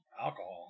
Alcohol